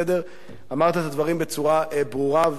אמרת את הדברים בצורה ברורה וחדה.